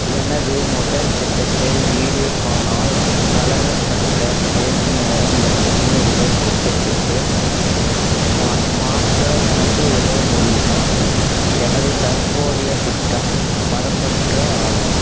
எனது மொபைல் திட்டத்தை வீடியோக்கானால் வழங்கப்பட்ட பேச்சு நேரம் மட்டுமே உள்ள திட்டத்திற்கு மா மாற்ற எனக்கு உதவ முடியுமா எனது தற்போதைய திட்டம் வரம்பற்றது ஆகும்